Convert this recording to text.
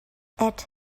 add